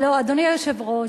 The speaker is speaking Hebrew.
אדוני היושב-ראש,